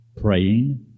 praying